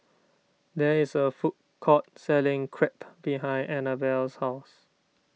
there is a food court selling Crepe behind Annabella's house